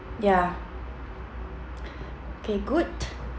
ya K good